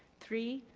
three,